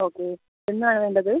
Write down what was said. okay എന്നാണ് വേണ്ടത്